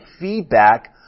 feedback